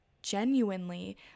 genuinely